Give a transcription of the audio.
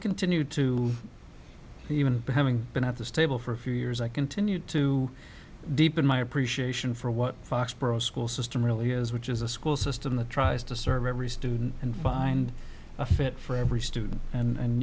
continue to even having been at this table for a few years i continue to deepen my appreciation for what foxboro school system really is which is a school system the tries to serve every student and find a fit for every student and